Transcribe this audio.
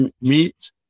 meet